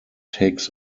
takes